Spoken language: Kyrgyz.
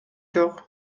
жок